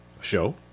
Show